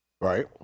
Right